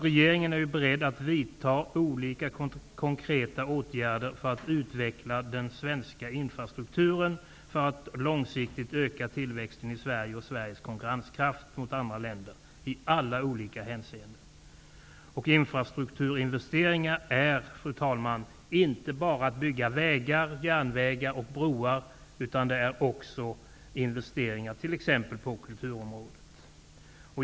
Regeringen är beredd att vidta olika konkreta åtgärder för att utveckla den svenska infrastrukturen för att långsiktigt öka tillväxten i Sverige och Sveriges konkurrenskraft gentemot andra länder i alla olika hänseenden. Fru talman! Infrastrukturinvesteringar innebär inte bara att man bygger vägar, järnvägar och broar utan det gäller t.ex. även investeringar på kulturområdet.